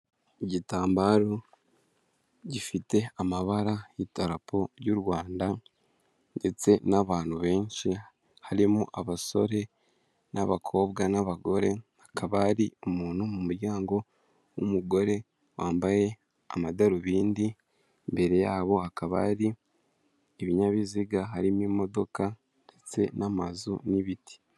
Igitambaro gifite amabara y'idarapo ry'u Rwanda ndetse n'abantu benshi harimo abasore n'abakobwa n'abagore, hakaba hari umuntu mu muryango w'umugore wambaye amadarubindi, imbere yabo hakaba hari ibinyabiziga harimo imodoka ndetse n'amazu n'ibiti.